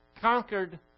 conquered